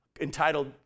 entitled